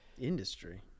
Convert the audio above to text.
Industry